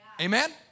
Amen